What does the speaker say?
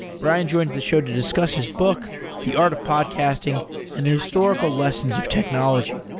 brian joins the show to discuss his book the art of podcasting and the historical lessons of technology.